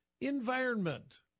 environment